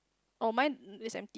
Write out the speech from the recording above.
oh mine is empty